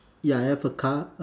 ya I have a car